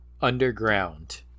Underground